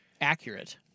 accurate